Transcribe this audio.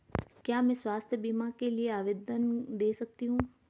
क्या मैं स्वास्थ्य बीमा के लिए आवेदन दे सकती हूँ?